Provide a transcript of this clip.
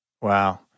Wow